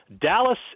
Dallas